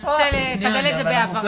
נרצה לקבל את זה בהבהרה מדויקת.